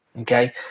Okay